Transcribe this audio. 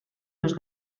los